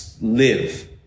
live